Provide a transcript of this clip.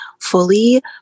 fully